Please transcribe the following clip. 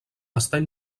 estar